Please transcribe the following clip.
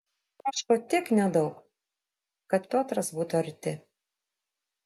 troško tiek nedaug kad piotras būtų arti